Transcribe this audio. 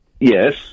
Yes